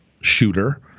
shooter